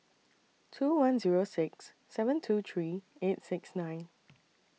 two one Zero six seven two three eight six nine